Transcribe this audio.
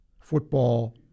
football